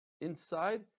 inside